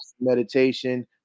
meditation